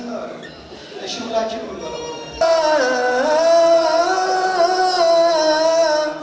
oh my god